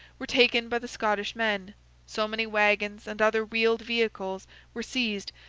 were taken by the scottish men so many waggons and other wheeled vehicles were seized,